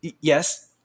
yes